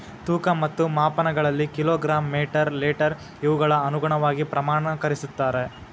ತೂಕ ಮತ್ತು ಮಾಪನಗಳಲ್ಲಿ ಕಿಲೋ ಗ್ರಾಮ್ ಮೇಟರ್ ಲೇಟರ್ ಇವುಗಳ ಅನುಗುಣವಾಗಿ ಪ್ರಮಾಣಕರಿಸುತ್ತಾರೆ